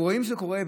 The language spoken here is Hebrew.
הם רואים שזה קורה,